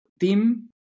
team